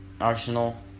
Arsenal